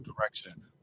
direction